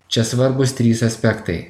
čia svarbūs trys aspektai